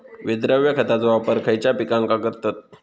विद्राव्य खताचो वापर खयच्या पिकांका करतत?